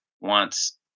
wants